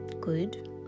good